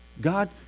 God